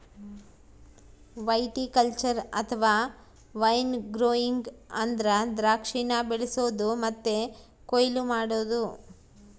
viticulture ಅಥವಾ wine growing ಅಂದ್ರ ದ್ರಾಕ್ಷಿನ ಬೆಳಿಸೊದು ಮತ್ತೆ ಕೊಯ್ಲು ಮಾಡೊದು